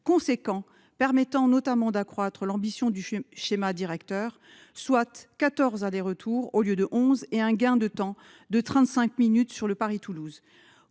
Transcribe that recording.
important, permettant notamment d'accroître l'ambition du schéma directeur, soit quatorze allers-retours au lieu de onze et un gain de temps de 35 minutes sur le Paris-Toulouse.